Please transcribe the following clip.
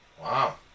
Wow